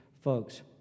folks